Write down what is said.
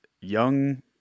young